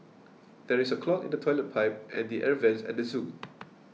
there is a clog in the Toilet Pipe and the Air Vents at zoo